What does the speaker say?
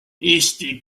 eesti